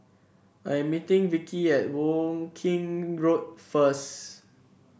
I am meeting Vickey at Woking Road first